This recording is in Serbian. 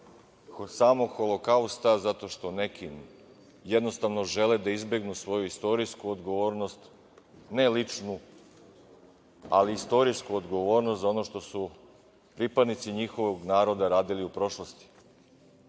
kako samog Holokausta, zato što neki jednostavno žele da izbegnu svoju istorijsku odgovornost, ne ličnu, ali istorijsku odgovornost za ono što su pripadnici njihovog naroda radili u prošlosti. Imali